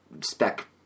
spec